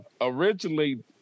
originally